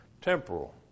Temporal